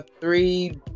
three